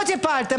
לא טיפלתם,